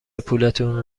پولتون